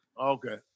Okay